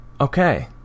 Okay